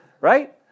Right